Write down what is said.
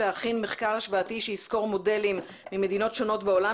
להכין מחקר השוואתי שיסקור מודלים ממדינות שונות בעולם,